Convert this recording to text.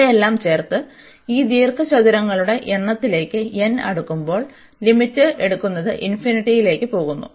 ഇവയെല്ലാം ചേർത്ത് ഈ ദീർഘചതുരങ്ങളുടെ എണ്ണത്തിലേക്ക് n അടുക്കുമ്പോൾ ലിമിറ്റ് എടുക്കുന്നത് ഇൻഫിനിറ്റിയിലേക്ക് പോകുന്നു